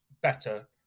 better